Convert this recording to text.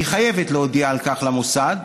היא חייבת להודיע על כך למוסד,